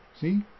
See